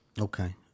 Okay